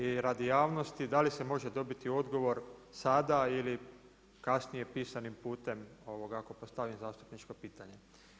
I radi javnosti da li se može dobiti odgovor sada ili kasnije pisanim putem ako postavim zastupničko pitanje?